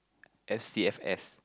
S_C_F_S